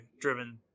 driven